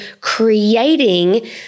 creating